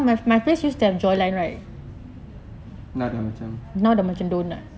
now dah macam